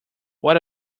what